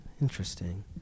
interesting